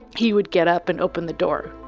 he would get up and open the door,